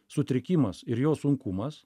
sutrikimas ir jo sunkumas